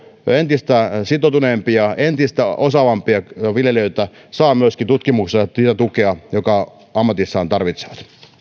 entistä sitoutuneempia entistä osaavampia viljelijöitä saa myöskin tutkimuksesta sitä tukea jota he ammatissaan tarvitsevat